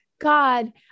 God